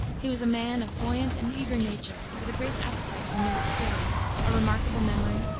he was a man of buoyant and eager nature, with a great appetite for new experience, a remarkable memory,